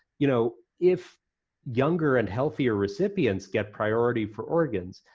you know if younger and healthier recipients get priority for organs,